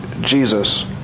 Jesus